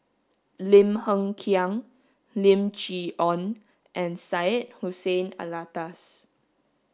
Lim Hng Kiang Lim Chee Onn and Syed Hussein Alatas